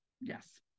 yes